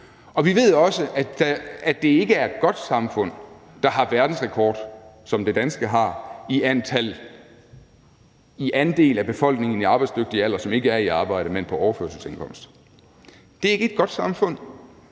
og vi ved også, at det ikke er et godt samfund, der har verdensrekord, som det danske har, i andel af befolkningen i den arbejdsdygtige alder, som ikke er i arbejde, men på overførselsindkomst. Det er ikke et godt samfund.